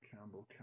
Campbell